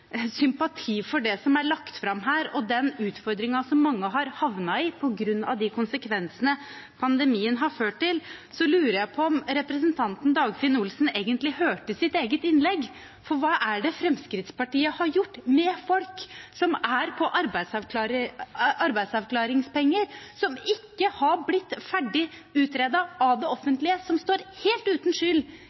sympati for det som er lagt fram her, og den utfordringen mange har havnet i på grunn av konsekvenser pandemien har ført til, lurer jeg på om representanten Dagfinn Henrik Olsen egentlig hørte sitt eget innlegg. For hva er det Fremskrittspartiet har gjort med folk som er på arbeidsavklaringspenger, som ikke er blitt ferdig utredet av det offentlige, som står helt uten skyld